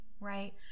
right